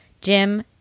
Jim